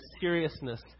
seriousness